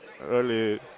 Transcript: early